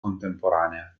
contemporanea